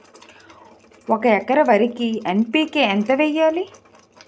ఒక ఎకర వరికి ఎన్.పి కే ఎంత వేయాలి?